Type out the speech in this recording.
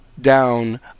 down